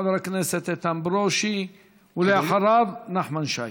חבר הכנסת איתן ברושי, ואחריו, נחמן שי.